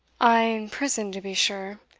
ay, in prison to be sure.